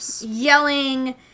yelling